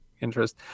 interest